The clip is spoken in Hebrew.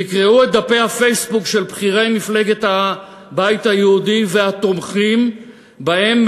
תקראו את דפי הפייסבוק של בכירי מפלגת הבית היהודי והתומכים בהם,